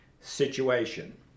situation